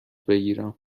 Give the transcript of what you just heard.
بگیرم